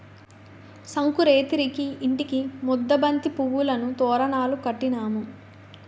సంకురేతిరికి ఇంటికి ముద్దబంతి పువ్వులను తోరణాలు కట్టినాము